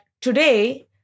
today